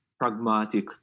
pragmatic